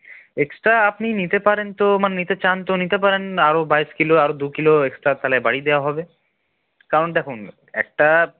extra আপনি নিতে পারেন তো মানে নিতে চান তো নিতে পারেন আরো বাইশ কিলো আরো দু কিলো এক্সট্রা তাহলে বাড়িয়ে দেওয়া হবে কারণ দেখুন একটা